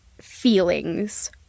feelings